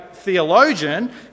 theologian